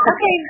Okay